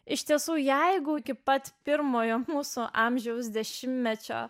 iš tiesų jeigu iki pat pirmojo mūsų amžiaus dešimtmečio